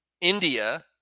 India